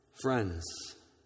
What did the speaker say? Friends